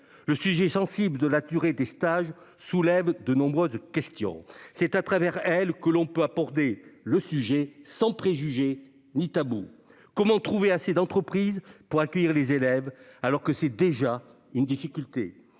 le sujet sensible de la durée des stages soulève de nombreuses questions. C'est à travers celles-ci que l'on peut aborder le sujet sans préjugé ni tabou : comment trouver assez d'entreprises pour accueillir les élèves, alors que c'est déjà une difficulté ?